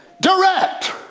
direct